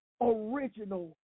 original